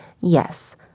Yes